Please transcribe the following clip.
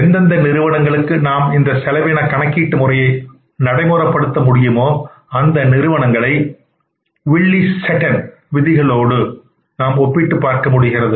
எந்தெந்த நிறுவனங்களுக்கு நாம் இந்த செலவின கணக்கிட்டு முறையை நடைமுறைப் படுத்த முடியுமோ அந்த நிறுவனங்களை வில்லி செட்டன் விதிகளோடு கட்டுப்பாடுகளுக்கு நாம் ஒப்பிட்டு பார்க்க முடியும்